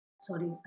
Sorry